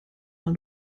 mal